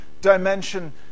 dimension